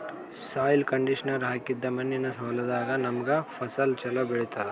soil conditioner ಹಾಕಿದ್ದ್ ಮಣ್ಣಿನ್ ಹೊಲದಾಗ್ ನಮ್ಗ್ ಫಸಲ್ ಛಲೋ ಬೆಳಿತದ್